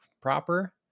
proper